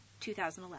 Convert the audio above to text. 2011